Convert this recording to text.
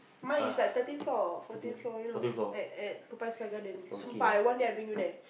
mine is like thirteenth floor fourteenth floor you know at at Toa-Payoh Sky-Garden sumpah today